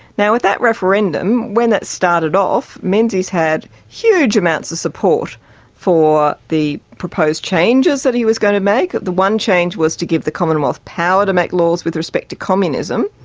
with that referendum, when that started off, menzies had huge amounts of support for the proposed changes that he was going to make. the one change was to give the commonwealth power to make laws with respect to communism.